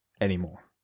anymore